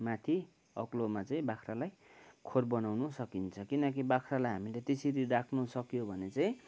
माथि अग्लोमा चाहिँ बाख्रालाई खोर बनाउँनु सकिन्छ किनकि बाख्रालाई हामीले त्यसरी राख्नुसक्यो भने चाहिँ